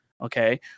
Okay